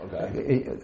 Okay